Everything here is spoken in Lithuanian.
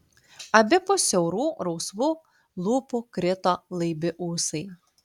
abipus siaurų rausvų lūpų krito laibi ūsai